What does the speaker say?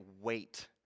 wait